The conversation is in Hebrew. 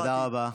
תודה רבה.